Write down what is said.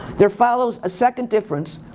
there follows a second difference.